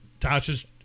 Tasha's